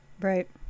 right